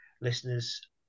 listeners